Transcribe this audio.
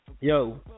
Yo